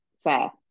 fair